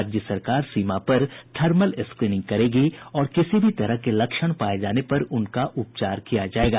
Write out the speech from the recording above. राज्य सरकार सीमा पर थर्मल स्क्रीनिंग करेगी और किसी भी तरह के लक्षण पाए जाने पर उनका उपचार किया जाएगा